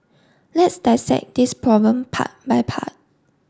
let's dissect this problem part by part